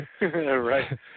Right